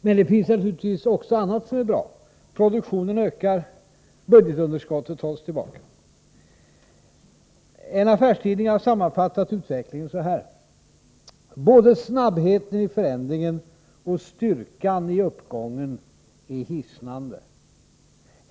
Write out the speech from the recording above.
Men det finns naturligtvis också annat som är bra. Produktionen ökar, och budgetunderskottet hålls tillbaka. En affärstidning har sammanfattat utvecklingen: ”Både snabbheten i förändringen och styrkan i uppgången är hisnande.